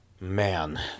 Man